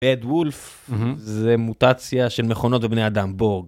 אד וולף, זה מוטציה של מכונות בבני אדם, בורג.